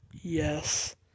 yes